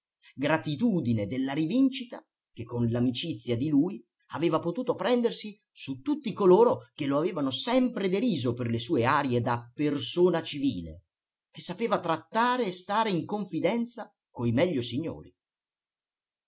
gratitudine della rivincita che con l'amicizia di lui aveva potuto prendersi su tutti coloro che lo avevano sempre deriso per le sue arie da persona civile che sapeva trattare e stare in confidenza coi meglio signori